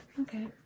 Okay